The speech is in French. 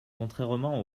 contrairement